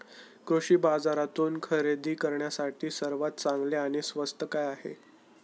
कृषी बाजारातून खरेदी करण्यासाठी सर्वात चांगले आणि स्वस्त काय आहे?